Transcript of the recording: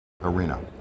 arena